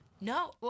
No